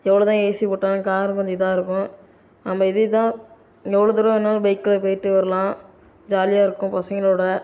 எவ்வளோதான் ஏசி போட்டாலும் கார் கொஞ்சம் இதாக இருக்கும் நம்ம எது இதாக எவ்வளோ தூரம் வேணும்னாலும் பைக்ல போய்ட்டு வரலாம் ஜாலியாக இருக்கும் பசங்களோட